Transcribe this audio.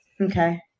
Okay